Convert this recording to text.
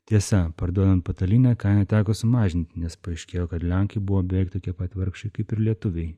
tiesa parduodant patalynę kainą teko sumažinti nes paaiškėjo kad lenkai buvo beveik tokie pat vargšai kaip ir lietuviai